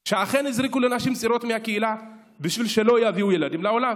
שאכן הזריקו לנשים צעירות מהקהילה בשביל שלא יביאו ילדים לעולם.